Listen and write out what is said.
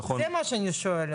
זה מה שאני שואלת.